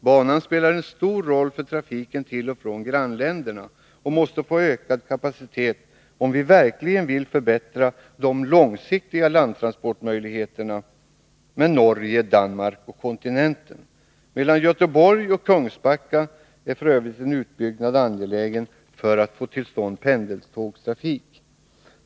Banan spelar en stor roll för trafiken till och från grannländerna och måste få ökad kapacitet, om vi verkligen vill förbättra de långsiktiga landtransportmöjligheterna med Norge, Danmark och kontinenten. Mellan Göteborg och Kungsbacka är f. ö. en utbyggnad angelägen för att få till stånd pendeltågstrafik.